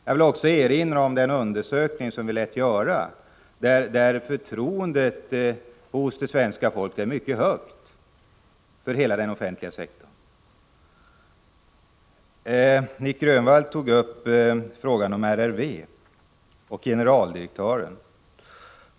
Jag vill också erinra om den undersökning som visar att förtroendet hos det svenska folket är stort för den offentliga sektorn. Nic Grönvall tog upp frågan om RRV och generaldirektören.